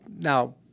now